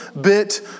bit